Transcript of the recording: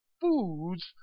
foods